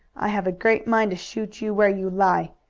i have a great mind to shoot you where you lie!